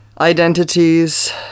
Identities